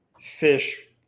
fish